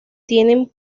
tienen